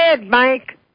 Mike